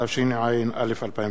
התשע"א 2011,